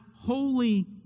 holy